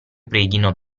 preghino